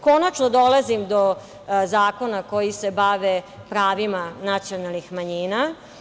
Konačno dolazim do zakona koji se bave pravima nacionalnih manjina.